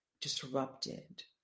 disrupted